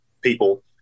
people